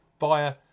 via